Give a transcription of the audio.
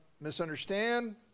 misunderstand